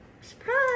surprise